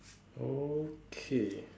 okay